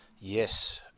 Yes